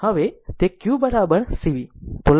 હવે તે q q c v